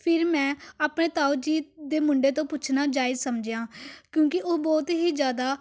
ਫਿਰ ਮੈਂ ਆਪਣੇ ਤਾਊ ਜੀ ਦੇ ਮੁੰਡੇ ਤੋਂ ਪੁੱਛਣਾ ਜਾਇਜ ਸਮਝਿਆ ਕਿਉਂਕਿ ਉਹ ਬਹੁਤ ਹੀ ਜ਼ਿਆਦਾ